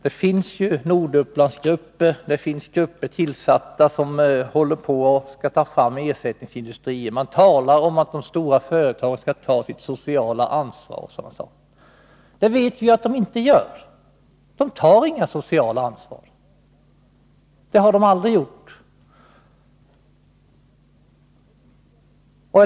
Det finns ju Nordupplandsgrupper, och det finns grupper tillsatta som håller på att ta fram ersättningsindustrier. Man talar om att de stora företagen skall ta sitt sociala ansvar. Men vi vet ju att de inte gör det. De tar inget socialt ansvar. Det har de aldrig gjort.